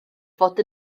fod